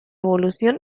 evolución